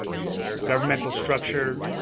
our governmental structure,